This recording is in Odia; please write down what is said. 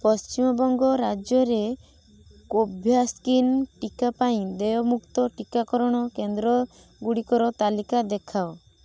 ପଶ୍ଚିମବଙ୍ଗ ରାଜ୍ୟରେ କୋଭ୍ୟାସ୍କିନ ଟିକା ପାଇଁ ଦେୟମୁକ୍ତ ଟିକାକରଣ କେନ୍ଦ୍ରଗୁଡ଼ିକର ତାଲିକା ଦେଖାଅ